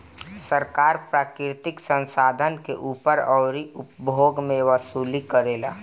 सरकार प्राकृतिक संसाधन के ऊपर अउरी उपभोग मे वसूली करेला